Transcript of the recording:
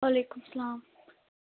وعلیکُم سَلام